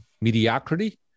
mediocrity